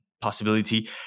possibility